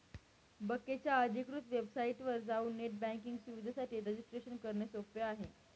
बकेच्या अधिकृत वेबसाइटवर जाऊन नेट बँकिंग सुविधेसाठी रजिस्ट्रेशन करणे सोपे आहे